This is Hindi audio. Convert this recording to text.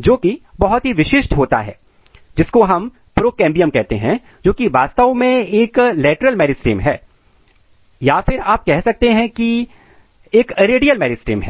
जोकि बहुत ही विशिष्ट होता है जिसको हम प्रोकेंबियम कहते हैं जो कि वास्तव में एक लेटरल मेरिस्टम है या फिर आप कह सकते हैं की है एक रेडियल मेरिस्टम है